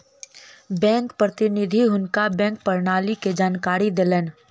bank प्रतिनिधि हुनका bank प्रणाली के जानकारी देलैन